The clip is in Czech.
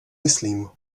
myslím